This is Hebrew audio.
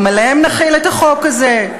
גם עליהם נחיל את החוק הזה?